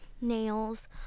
nails